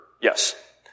Yes